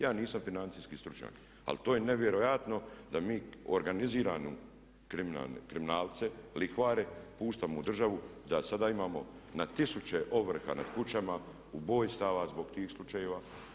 Ja nisam financijski stručnjak, ali to je nevjerojatno da mi organiziranu kriminalce, lihvare puštamo u državu da sada imamo na tisuće ovrha nad kućama, ubojstava zbog tih slučajeva.